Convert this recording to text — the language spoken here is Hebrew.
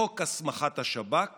חוק הסמכת השב"כ